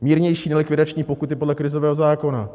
Mírnější, nelikvidační pokuty podle krizového zákona.